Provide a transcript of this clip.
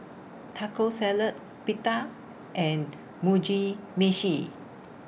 Taco Salad Pita and Mugi Meshi